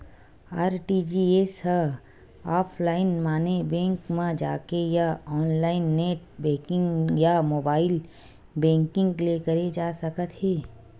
RTGS ह offline माने bank म जाके या ऑनलाईन नेट बेंकिंग या मोबाईल बेंकिंग ले करे जा सकत हे